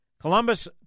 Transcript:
Columbus